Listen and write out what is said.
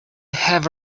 have